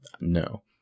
No